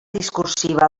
discursiva